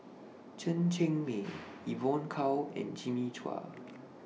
Chen Cheng Mei Evon Kow and Jimmy Chua